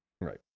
Right